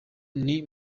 ari